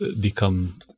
become